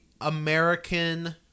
American